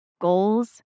goals